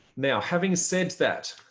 now, having said that,